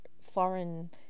foreign